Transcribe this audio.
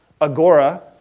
agora